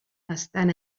estan